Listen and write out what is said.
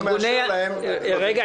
האוצר לא מאשר להם --- רגע,